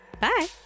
Bye